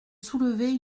soulever